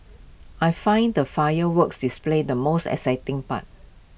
I find the fireworks display the most exciting part